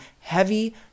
heavy